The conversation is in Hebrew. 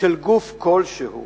של גוף כלשהו